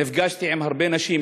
נפגשתי עם הרבה נשים.